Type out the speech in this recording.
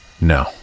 No